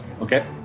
Okay